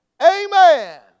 amen